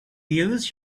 use